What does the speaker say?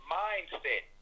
mindset